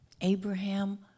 Abraham